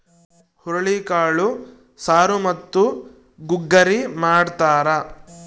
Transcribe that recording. ಹುರುಳಿಕಾಳು ಸಾರು ಮತ್ತು ಗುಗ್ಗರಿ ಮಾಡ್ತಾರ